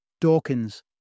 Dawkins